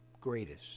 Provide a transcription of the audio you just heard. Greatest